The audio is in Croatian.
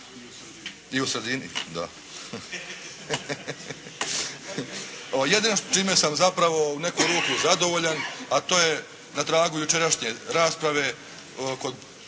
I u sredini. Da. Jedino čime sam zapravo u neku ruku zadovoljan, a to je na tragu jučerašnje rasprave kad